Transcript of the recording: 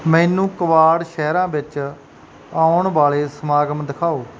ਮੈਨੂੰ ਕਵਾਡ ਸ਼ਹਿਰਾਂ ਵਿੱਚ ਆਉਣ ਵਾਲੇ ਸਮਾਗਮ ਦਿਖਾਓ